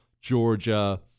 Georgia